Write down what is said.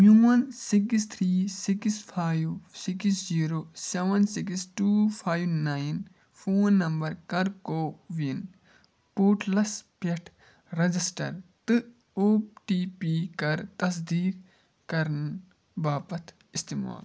میٛون six three six five six zero seven six two five nine phone number کر CoWIN پورٹلس پٮ۪ٹھ register تہٕ او ٹی پی کر تصدیٖق کَرنہٕ باپتھ استعمال